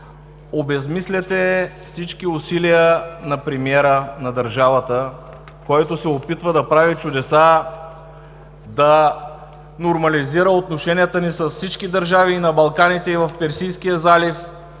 обезсмисляте всички усилия на премиера на държавата, който се опитва да прави чудеса, да нормализира отношенията ни с всички държави на Балканите и в Персийския залив,